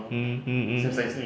mm mm mm